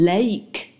Lake